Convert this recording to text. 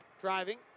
Driving